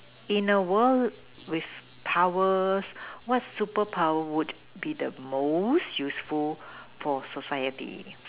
in the world with powers what super power would be the most useful for society